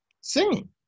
singing